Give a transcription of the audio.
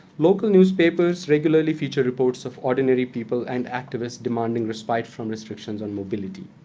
local newspapers regularly feature reports of ordinary people and activists demanding respite from restrictions on mobility.